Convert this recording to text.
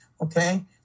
okay